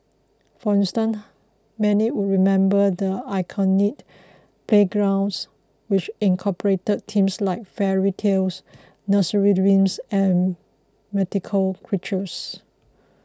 for instance many would remember the iconic playgrounds which incorporated themes like fairy tales nursery rhymes and mythical creatures